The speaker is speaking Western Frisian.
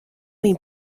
myn